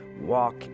walk